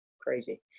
crazy